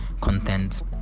content